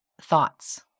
thoughts